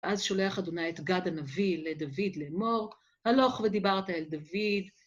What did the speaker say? ‫ואז שולח ה' את גד הנביא ‫לדוד לאמר, ‫הלוך ודיברת אל דוד.